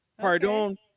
Pardon